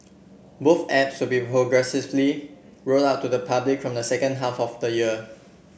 both apps will be progressively rolled out to the public from the second half of the year